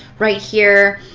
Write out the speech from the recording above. right here,